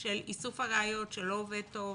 של איסוף הראיות שלא עובד טוב?